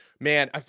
Man